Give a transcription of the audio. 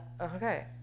okay